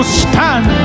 stand